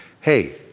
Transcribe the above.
hey